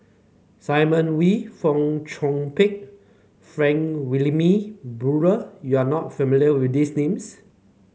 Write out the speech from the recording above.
Simon Wee Fong Chong Pik Frank Wilmin Brewer you are not familiar with these names